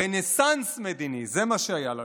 רנסנס מדיני, זה מה שהיה לנו.